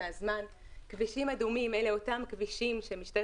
כבישים אדומים אלה אותם כבישים שמשטרת